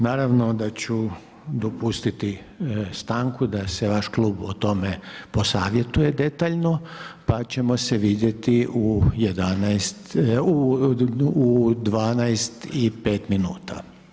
Naravno da ću dopustiti stanku da se vaš klub o tome posavjetuje detaljno pa ćemo vidjeti u 12 i 5 minuta.